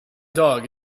dog